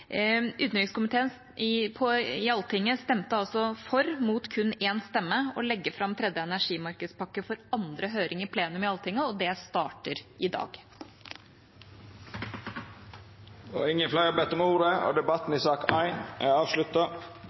om ACER. Utenrikskomiteen i Alltinget stemte altså for – mot kun én stemme – å legge fram EUs tredje energimarkedspakke for andre høring i plenum i Alltinget, og det starter i dag. Fleire har ikkje bedt om ordet til sak nr. 1. Etter ynske frå utanriks- og